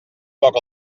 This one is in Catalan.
poc